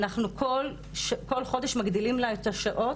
אנחנו כל חודש מגדילים לה את השעות,